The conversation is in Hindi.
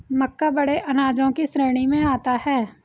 मक्का बड़े अनाजों की श्रेणी में आता है